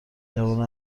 جوانان